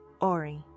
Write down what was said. Ori